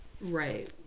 Right